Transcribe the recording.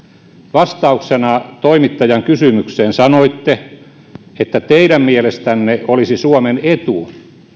vastauksena toimittajan kysymykseen sanoitte että teidän mielestänne olisi suomen etu